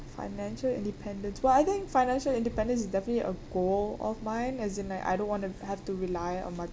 financial independence well I think financial independence is definitely a goal of mine as in like I don't want to have to rely on my